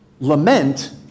Lament